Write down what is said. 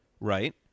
right